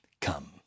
come